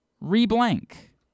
re-blank